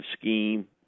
scheme